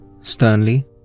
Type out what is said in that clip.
sternly